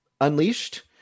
unleashed